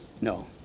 No